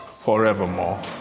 forevermore